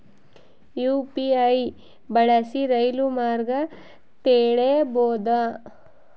UPI ಬಳಸಿ ರೈಲು ಮಾರ್ಗ ತಿಳೇಬೋದ?